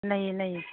ꯂꯩꯌꯦ ꯂꯩꯌꯦ